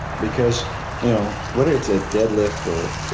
because you know what is a dead lift or,